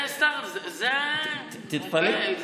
תתפלאי.